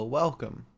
welcome